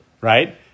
Right